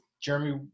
Jeremy